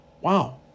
Wow